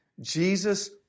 Jesus